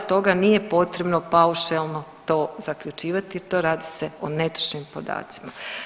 Stoga nije potrebno paušalno to zaključivati, to radi se o netočnim podacima.